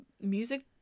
music